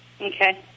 Okay